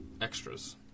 extras